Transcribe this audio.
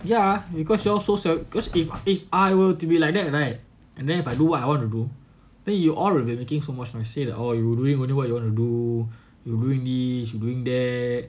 ya because y'all so self if if I were to be like that right and then I do what I want to do then you all will be like making so much noise oh you doing what you want to do you ruin this you ruin that